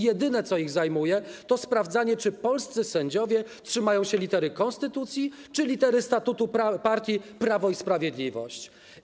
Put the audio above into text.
Jedyne, co ich zajmuje, to sprawdzanie, czy polscy sędziowie trzymają się litery konstytucji, czy litery statutu partii Prawo i Sprawiedliwość.